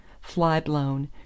fly-blown